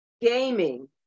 gaming